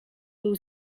był